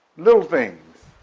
little things,